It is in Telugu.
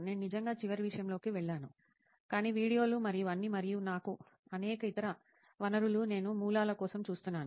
నేను నిజంగా చివరి విషయం లోకి వెళ్ళను కానీ వీడియోలు మరియు అన్నీ మరియు నా అనేక ఇతర వనరులు నేను మూలాల కోసం చూస్తున్నాను